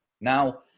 Now